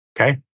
okay